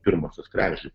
pirmosios kregždės